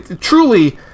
truly